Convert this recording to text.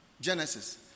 Genesis